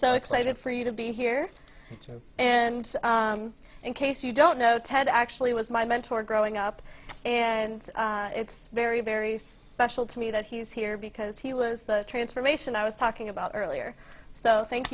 so excited for you to be here too and in case you don't know ted actually was my mentor growing up and it's very very special to me that he's here because he was the transformation i was talking about earlier so thank